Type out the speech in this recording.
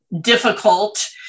difficult